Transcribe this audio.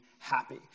happy